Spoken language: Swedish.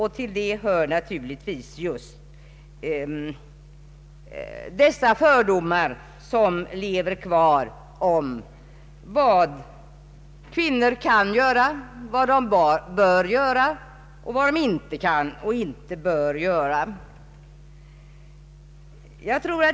Hit hör naturligtvis de fördomar som lever kvar om vad kvinnor kan göra, vad de bör göra och vad de inte kan och inte bör göra.